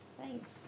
Thanks